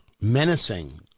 menacing